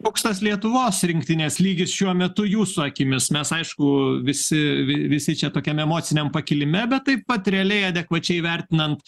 koks tas lietuvos rinktinės lygis šiuo metu jūsų akimis mes aišku visi vi visi čia tokiam emociniam pakilime bet taip vat realiai adekvačiai vertinant